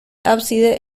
ábside